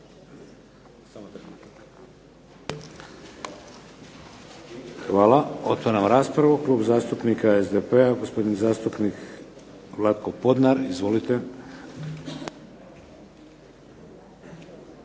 Hvala. Otvaram raspravu. Klub zastupnika SDP-a gospodin zastupnik Vlatko Podnar. Izvolite.